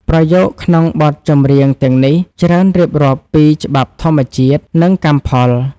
ប្រយោគក្នុងបទចម្រៀងទាំងនេះ ច្រើនរៀបរាប់ពីច្បាប់ធម្មជាតិ និងកម្មផល។